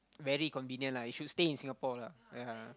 very convenient lah you should stay in Singapore lah ya